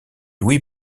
louis